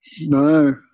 No